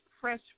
fresh